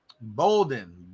Bolden